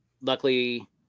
luckily